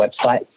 website